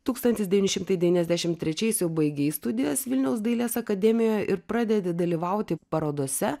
tūkstantis devyni šimtai devyniasdešim trečiais jau baigei studijas vilniaus dailės akademijoje ir pradedi dalyvauti parodose